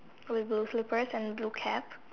with blue slippers and blue cap